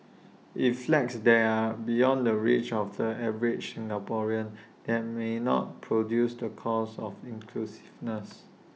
if flats there are beyond the reach of the average Singaporean that may not produce the cause of inclusiveness